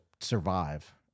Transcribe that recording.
survive